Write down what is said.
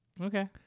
Okay